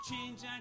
Change